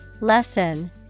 Lesson